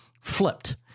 flipped